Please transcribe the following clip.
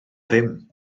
ddim